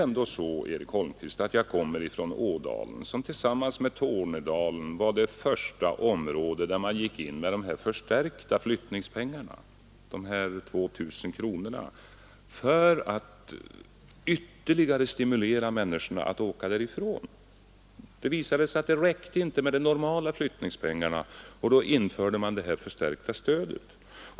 Jag kommer ändå, Eric Holmqvist, från Ådalen, som tillsammans med Tornedalen var det första område där samhället gick in med förstärkt flyttningsbidrag — 2 000 kronor — för att ytterligare stimulera människorna att åka därifrån. Det visade sig att det normala flyttningsbidraget inte räckte, och då infördes det förstärkta stödet.